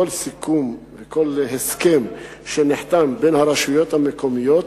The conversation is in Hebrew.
כל סיכום וכל הסכם שנחתם בין הרשויות המקומיות